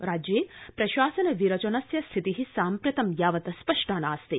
राज्ये प्रशासन विरचनस्य स्थिति साम्प्रतं यावत् स्पष्टा नास्ति